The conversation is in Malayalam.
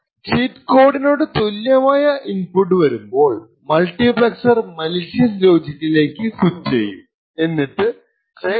ചീറ്റ് കോഡിനോട് തുല്യമായ ഇന്പുട്സ് വരുമ്പോൾ മുൾട്ടിപ്ളെക്സർ മലീഷ്യസ് ലോജികിലേക്ക് സ്വിച്ച് ചെയ്യും എന്നിട്ടു രഹസ്യ വിവരങ്ങൾ ലീക്ക് ചെയ്യും